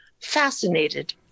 Fascinated